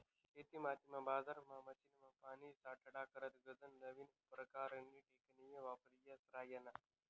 शेतीमातीमा, बजारमा, मशीनमा, पानी साठाडा करता गनज नवीन परकारनी टेकनीक वापरायी राह्यन्यात